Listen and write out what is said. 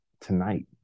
tonight